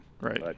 right